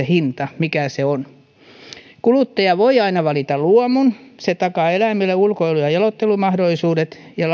hinta kuluttaja voi aina valita luomun se takaa eläimille ulkoilu ja jaloittelumahdollisuudet ja